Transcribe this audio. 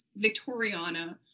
Victoriana